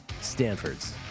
Stanford's